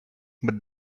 but